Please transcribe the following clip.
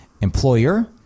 Employer